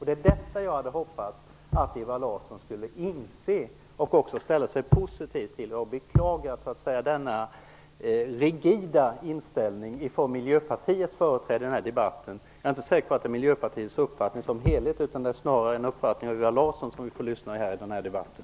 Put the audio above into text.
Det är detta som jag hade hoppats att Ewa Larsson skulle inse och också ställa sig positiv till. Jag beklagar denna rigida inställning från Miljöpartiets företrädare i denna debatt. Jag är inte säker på att det är Miljöpartiets uppfattning som helhet, utan det är snarare en uppfattning från Ewa Larsson som vi får höra i den här debatten.